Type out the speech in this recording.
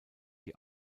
die